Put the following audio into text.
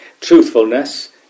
Truthfulness